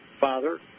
father